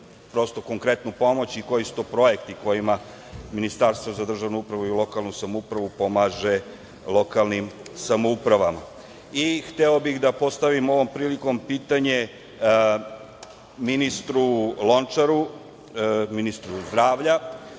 ponudite konkretnu pomoć i koji su to projekti kojima Ministarstvo za državnu upravu i lokalnu samoupravu pomaže lokalnim samoupravama? Hteo bih da postavim ovom prilikom pitanje ministru Lončaru, ministru zdravlja.